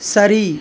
சரி